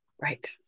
Right